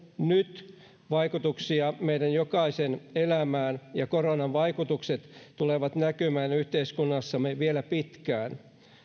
nyt vaikutuksia meidän jokaisen elämään ja koronan vaikutukset tulevat näkymään yhteiskunnassamme vielä pitkään